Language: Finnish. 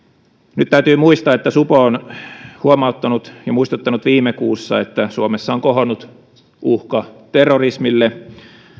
nyt täytyy muistaa että supo on huomauttanut ja muistuttanut viime kuussa että suomessa on kohonnut uhka terrorismille